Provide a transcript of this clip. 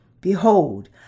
Behold